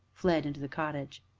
fled into the cottage.